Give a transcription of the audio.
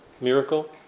miracle